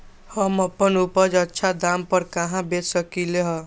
हम अपन उपज अच्छा दाम पर कहाँ बेच सकीले ह?